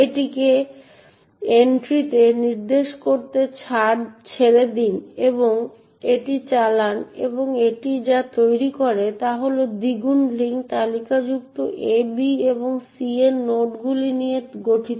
এটিকে এন্ট্রিতে নির্দেশ করতে ছেড়ে দিন এবং এটি চালান এবং এটি যা তৈরি করে তা হল দ্বিগুণ লিঙ্ক তালিকার A B এবং C এর নোডগুলি নিয়ে গঠিত